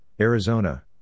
Arizona